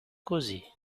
così